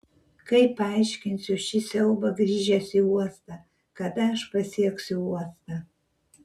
kaip paaiškinsiu šį siaubą grįžęs į uostą kada aš pasieksiu uostą